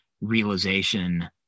realization